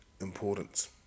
importance